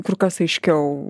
kur kas aiškiau